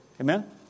Amen